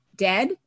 dead